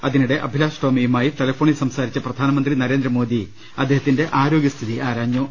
അതിനിടെ അഭിലാഷ് ടോമിയുമായി ടെലഫോണിൽ സംസാരി ച്ച പ്രധാനമന്ത്രി നരേന്ദ്രമോദി അദ്ദേഹത്തിന്റെ ആരോഗൃസ്ഥിതി ആരാഞ്ഞു